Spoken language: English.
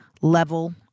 level